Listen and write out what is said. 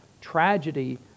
tragedy